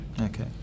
Okay